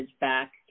back